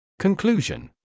Conclusion